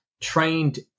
trained